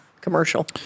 commercial